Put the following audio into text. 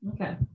Okay